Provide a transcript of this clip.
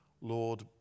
Lord